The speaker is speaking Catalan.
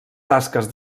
tasques